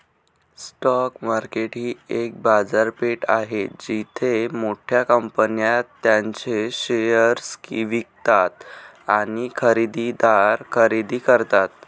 stock market ही एक बाजारपेठ आहे जिथे मोठ्या कंपन्या त्यांचे शेअर्स विकतात आणि खरेदीदार खरेदी करतात